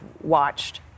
watched